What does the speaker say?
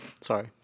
sorry